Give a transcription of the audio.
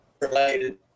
related